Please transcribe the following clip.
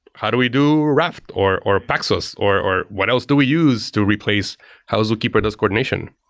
how do we do raft, or or paxos, or or what else do we use to replace how zookeeper does coordination?